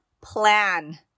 plan